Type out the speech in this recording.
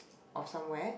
or somewhere